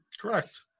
correct